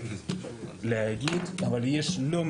יש אתרים